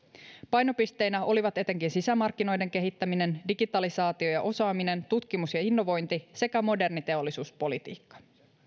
painopisteinä olivat etenkin sisämarkkinoiden kehittäminen digitalisaatio ja osaaminen tutkimus ja innovointi sekä moderni teollisuuspolitiikka